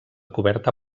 coberta